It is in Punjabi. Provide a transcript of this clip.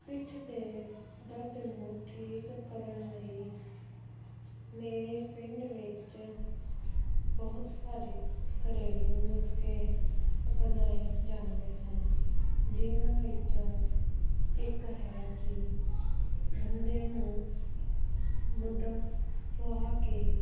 ਪਿੱਠ ਦੇ ਦਰਦ ਨੂੰ ਠੀਕ ਕਰਨ ਲਈ ਮੇਰੇ ਪਿੰਡ ਵਿੱਚ ਬਹੁਤ ਸਾਰੇ ਘਰੇਲੂ ਨੁਸਖੇ ਅਪਣਾਏ ਜਾਂਦੇ ਹਨ ਜਿਨ੍ਹਾਂ ਵਿੱਚੋਂ ਇੱਕ ਹੈ ਕਿ ਬੰਦੇ ਨੂੰ ਮੂਧਾ ਸੁਆ ਕੇ